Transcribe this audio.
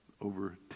over